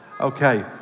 Okay